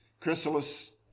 chrysalis